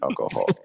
alcohol